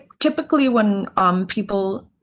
typically when people.